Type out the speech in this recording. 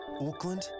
Auckland